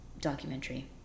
documentary